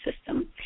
system